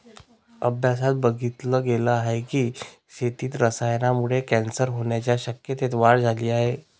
अभ्यासात बघितल गेल आहे की, शेतीत रसायनांमुळे कॅन्सर होण्याच्या शक्यतेत वाढ झाली आहे